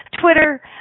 Twitter